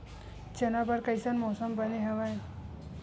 चना बर कइसन मौसम बने हवय?